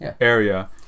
area